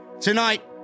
tonight